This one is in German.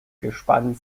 gespann